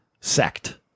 sect